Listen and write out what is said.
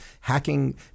hacking